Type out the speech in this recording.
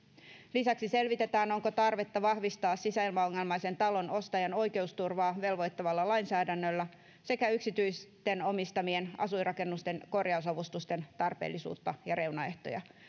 lisäksi selvitetään onko tarvetta vahvistaa sisäilmaongelmaisen talonostajan oikeusturvaa velvoittavalla lainsäädännöllä sekä yksityisten omistamien asuinrakennusten korjausavustusten tarpeellisuutta ja reunaehtoja